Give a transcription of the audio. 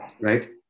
right